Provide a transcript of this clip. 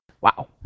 Wow